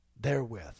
Therewith